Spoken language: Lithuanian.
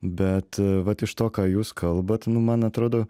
bet vat iš to ką jūs kalbat nu man atrodo